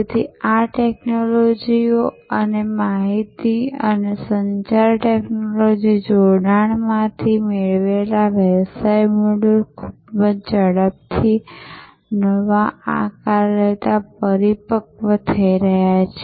તેથી આ ટેક્નોલોજીઓ અને તે માહિતી અને સંચાર ટેક્નોલોજી જોડાણમાંથી મેળવેલા વ્યવસાય મોડલ્સ ખૂબ જ ઝડપથી નવા આકાર લેતા પરિપક્વ થઈ રહ્યા છે